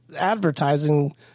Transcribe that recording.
advertising